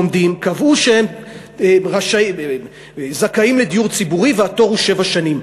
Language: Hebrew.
קבעו שהם זכאים לדיור ציבורי, והתור הוא שבע שנים.